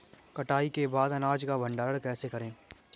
कटाई के बाद अनाज का भंडारण कैसे करें?